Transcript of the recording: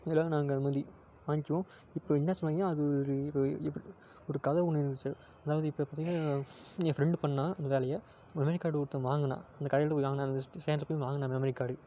இதில் நாங்கள் அந்த மாதிரி வாங்கிக்குவோம் இப்போ என்ன சொன்னீங்க அது ஒரு இப்போ ஒரு கதை ஒன்று இருந்துச்சு அதாவது இப்போ பார்த்தீங்கன்னா என் ஃப்ரெண்டு பண்ணிணான் இந்த வேலையை மெமரி கார்டு ஒருத்தவன் வாங்கினான் அந்த கடையில் தான் போய் வாங்கினான் அந்த சென்ருக்கு போய் வாங்கினான் மெமரி கார்டு